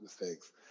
mistakes